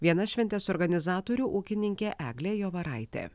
viena šventės organizatorių ūkininkė eglė jovaraitė